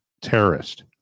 terrorist